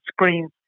screens